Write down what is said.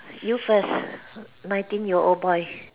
you first nineteen year old boy